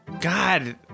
God